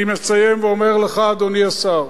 אני מסיים ואומר לך, אדוני השר,